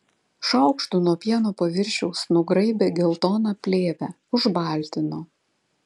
šaukštu nuo pieno paviršiaus nugraibė geltoną plėvę užbaltino